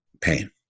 pain